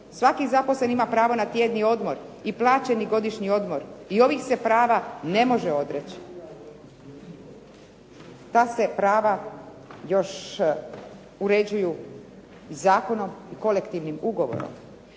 Svaki zaposleni ima pravo na tjedni odmor i plaćeni godišnji odmor i ovih se prava ne može odreći. Ta se prava još uređuju zakonom i kolektivnim ugovorom.